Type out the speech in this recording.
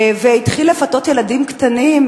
והתחיל לפתות ילדים קטנים,